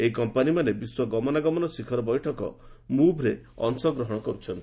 ଏହି କମ୍ପାନୀମାନେ ବିଶ୍ୱ ଗମନାଗମନ ଶିଖର ବୈଠକ ମୁଭ୍ରେ ଅଂଶଗ୍ରହଣ କର୍ତ୍ଥନ୍ତି